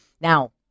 Now